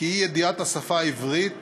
שאי-ידיעת השפה העברית